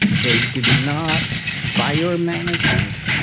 they did not fire management.